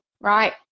right